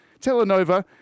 Telenova